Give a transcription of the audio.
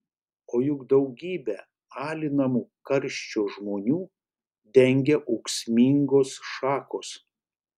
o juk daugybę alinamų karščio žmonių dengia ūksmingos šakos